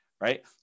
Right